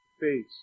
face